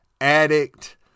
addict